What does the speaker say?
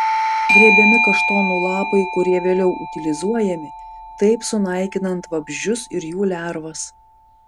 grėbiami kaštonų lapai kurie vėliau utilizuojami taip sunaikinant vabzdžius ir jų lervas